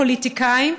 הפוליטיקאים,